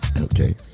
Okay